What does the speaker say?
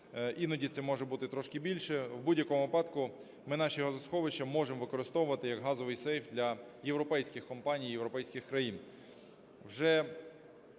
Іноді це може бути трошки більше. У будь-якому випадку ми наші газосховища можемо використовувати як газовий сейф для європейських компаній європейських країн.